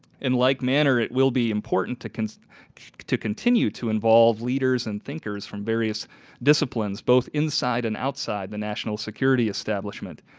in like manner it will be important to continue to continue to involve leaders and thinkers from various disciplines both inside and outside the national security establishment.